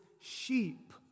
sheep